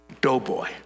Doughboy